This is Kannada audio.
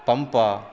ಪಂಪ